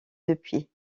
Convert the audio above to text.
depuis